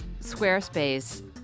Squarespace